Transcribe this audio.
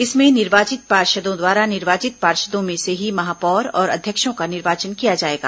इसमें निर्वाचित पार्षदों द्वारा निर्वाचित पार्षदों में से ही महापौर और अध्यक्षों का निर्वाचन किया जाएगा